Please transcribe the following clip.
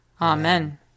Amen